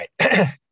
right